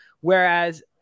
Whereas